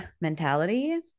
mentality